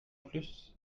plus